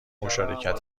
مشارکت